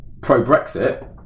pro-Brexit